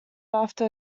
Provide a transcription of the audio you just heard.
after